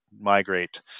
migrate